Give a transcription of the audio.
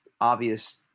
obvious